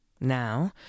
now